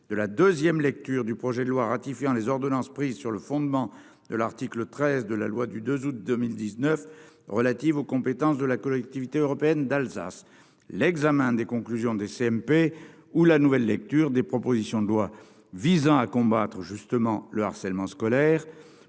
de la 2ème lecture du projet de loi ratifiant les ordonnances prises sur le fondement de l'article 13 de la loi du 2 août 2019 relatives aux compétences de la collectivité européenne d'Alsace, l'examen des conclusions des CMP ou la nouvelle lecture des propositions de loi visant à combattre, justement, le harcèlement scolaire